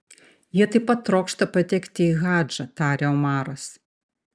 jie taip pat trokšta patekti į hadžą tarė omaras